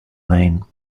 lane